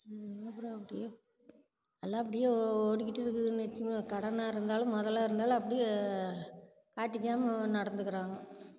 அப்பறம் அப்படியே எல்லாம் அப்படியே ஓ ஓடிக்கிட்டுருக்கு இன்றைக்கி இவ்வளோ கடனாக இருந்தாலும் முதலாக இருந்தாலும் அப்படியே மாட்டிக்காமல் நடந்துக்கிறாங்க